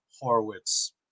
Horowitz